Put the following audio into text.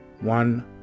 One